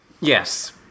Yes